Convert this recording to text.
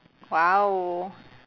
!wow!